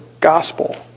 gospel